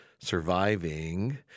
surviving